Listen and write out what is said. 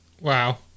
Wow